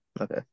Okay